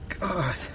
God